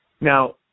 Now